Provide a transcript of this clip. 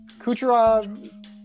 Kucherov